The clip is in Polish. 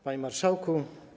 Panie Marszałku!